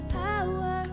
power